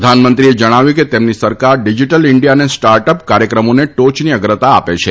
પ્રધાનમંત્રીએ જણાવ્યું કે તેમની સરકાર ડીજીટલ ઈન્ડિયા અને સ્ટાર્ટઅપ કાર્યક્રમોને ટોચની અગ્રતા આપે છે